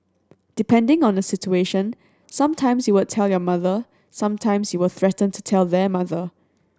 depending on the situation some times you would tell your mother some times you will threaten to tell their mother